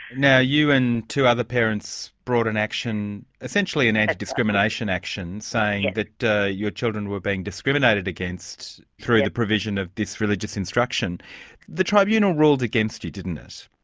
now, you and two other parents brought an action. essentially an anti-discrimination action saying that your children were being discriminated against through the provision of this religious instruction the tribunal ruled against you, didn't it?